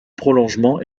prolongement